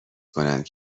کنند